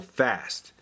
fast